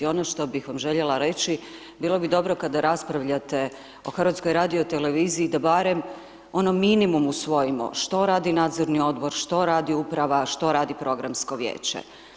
Ono što bih vam željela reći bilo bi dobro kada raspravljate o HRT-u da barem ono minimum usvojimo, što radi nadzorni odbor, što radi uprava, što radi programsko vijeće.